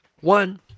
One